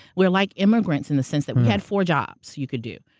we're like immigrants in the sense that we had four jobs you could do.